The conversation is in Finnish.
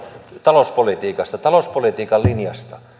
talouspolitiikasta talouspolitiikan linjasta